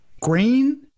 green